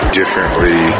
differently